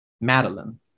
Madeline